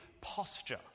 posture